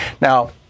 Now